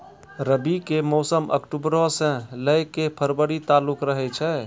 रबी के मौसम अक्टूबरो से लै के फरवरी तालुक रहै छै